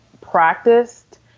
practiced